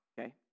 okay